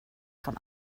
von